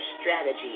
strategy